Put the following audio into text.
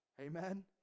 Amen